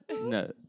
no